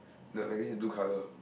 the magazine is blue colour